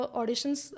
auditions